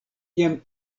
jam